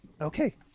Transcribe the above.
Okay